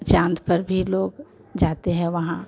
चाँद पर भी लोग जाते हैं वहाँ